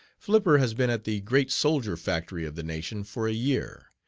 flipper has been at the great soldier factory of the nation for a year.